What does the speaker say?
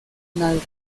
final